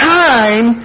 time